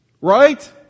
Right